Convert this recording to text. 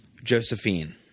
Josephine